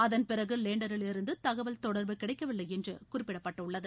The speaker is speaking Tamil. அதன் பிறகு லேண்டரிலிருந்து தகவல் தொடர்பு கிடைக்கவில்லை என்று குறிப்பிடப்பட்டுள்ளது